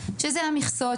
הסטודנט: זה המכסות,